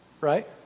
right